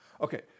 Okay